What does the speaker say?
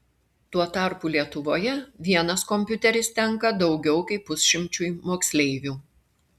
tuo tarpu lietuvoje vienas kompiuteris tenka daugiau kaip pusšimčiui moksleivių